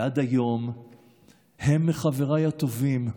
ועד היום הם מחבריי הטובים,